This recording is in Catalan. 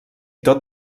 tot